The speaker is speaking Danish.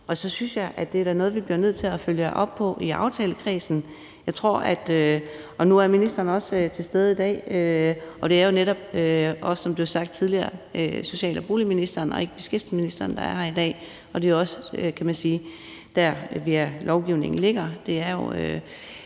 og så synes jeg da også, at det er noget, vi bliver nødt til at følge op på i aftalekredsen. nu er ministeren også til stede i dag, og det er jo, som det blev sagt tidligere, netop også social- og boligministeren og ikke beskæftigelsesministeren, der er her i dag, og det er også der, hvor lovgivningen ligger.